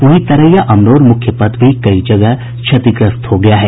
वहीं तरैया अमनौर मुख्य पथ भी कई जगह क्षतिग्रस्त हो गयी है